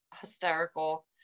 hysterical